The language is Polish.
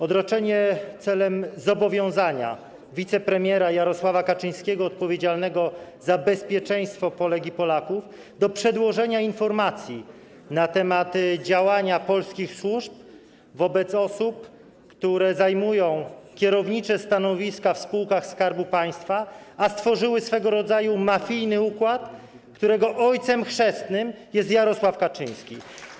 Odroczenie - celem zobowiązania wicepremiera Jarosława Kaczyńskiego odpowiedzialnego za bezpieczeństwo Polek i Polaków do przedłożenia informacji na temat działania polskich służb wobec osób, które zajmują kierownicze stanowiska w spółkach Skarbu Państwa, a stworzyły swego rodzaju mafijny układ, którego ojcem chrzestnym jest Jarosław Kaczyński.